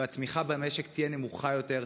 והצמיחה במשק תהיה נמוכה יותר.